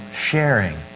sharing